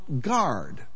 guard